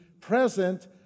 present